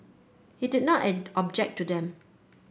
he did not object to them